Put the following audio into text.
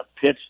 pitch